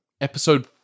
episode